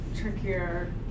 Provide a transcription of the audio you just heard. trickier